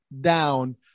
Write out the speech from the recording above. down